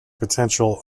potential